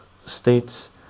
states